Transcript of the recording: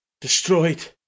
Destroyed